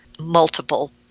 multiple